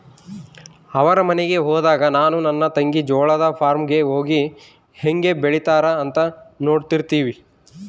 ಅವರ ಮನೆಗೆ ಹೋದಾಗ ನಾನು ನನ್ನ ತಂಗಿ ಜೋಳದ ಫಾರ್ಮ್ ಗೆ ಹೋಗಿ ಹೇಂಗೆ ಬೆಳೆತ್ತಾರ ಅಂತ ನೋಡ್ತಿರ್ತಿವಿ